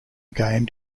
game